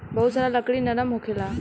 बहुत सारा लकड़ी नरम होखेला